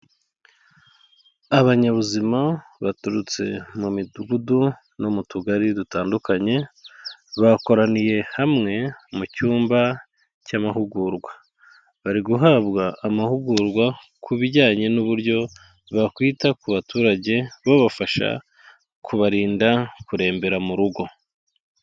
Abanyabuzima baturutse mu midugudu no mu tugari dutandukanye, bakoraniye hamwe mu cyumba cy'amahugurwa, bari guhabwa amahugurwa ku bijyanye n'uburyo bakwita ku baturage babafasha kubarinda kurembera mu rugo.